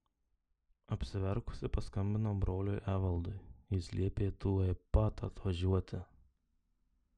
apsiverkusi paskambinau broliui evaldui jis liepė tuoj pat atvažiuoti